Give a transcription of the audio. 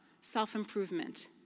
self-improvement